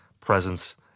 presence